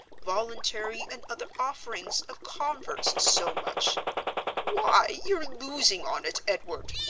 voluntary and other offerings of converts so much why, you're losing on it, edward!